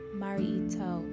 Marito